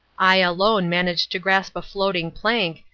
i alone managed to grasp a floating plank,